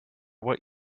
what